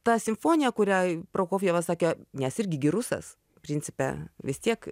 ta simfonija kuriai prokofjevas sakė nes irgi rusas principe vis tiek